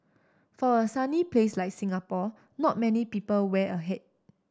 for a sunny place like Singapore not many people wear a hat